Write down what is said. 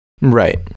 Right